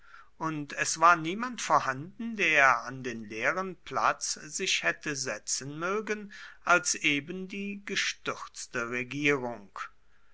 und es war niemand vorhanden der an den leeren platz sich hätte setzen mögen als eben die gestürzte regierung